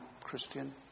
Christian